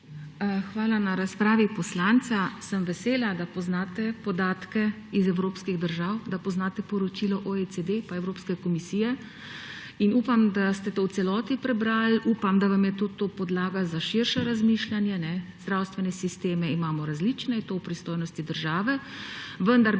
Hvala. Ob razpravi poslanca sem vesela, da poznate podatke iz evropskih držav, da poznate poročilo OECD pa Evropske komisije; in upam, da ste to v celoti prebrali. Upam, da vam je to tudi podlaga za širše razmišljanje. Zdravstvene sisteme imamo različne, to je v pristojnosti države,